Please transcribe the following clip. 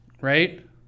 Right